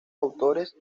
autores